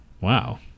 Wow